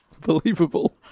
believable